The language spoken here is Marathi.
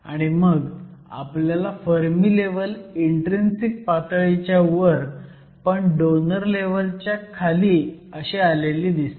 आणि मग आपल्याला फर्मी लेव्हल इन्ट्रीन्सिक पातळीच्या वर पण डोनर लेव्हलच्या खाली असलेली दिसते